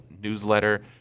newsletter